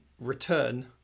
return